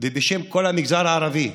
ובשם כל המגזר הערבי,